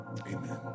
Amen